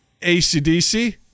ACDC